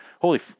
Holy